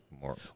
more